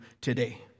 today